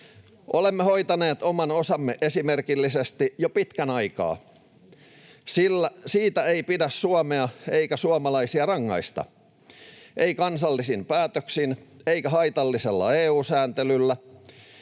Olemme hoitaneet oman osamme esimerkillisesti jo pitkän aikaa. Siitä ei pidä Suomea eikä suomalaisia rangaista, ei kansallisin päätöksin eikä haitallisella EU-sääntelyllä.